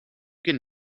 can